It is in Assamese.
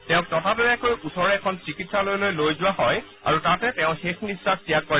তেওঁক ততাতৈয়াকৈ ওচৰৰ এখন চিকিৎসালয়লৈ লৈ যোৱা হয় তাত তেওঁ শেষ নিখাস ত্যাগ কৰে